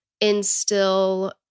instill